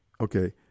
okay